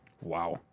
Wow